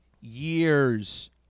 years